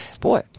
boy